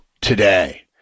today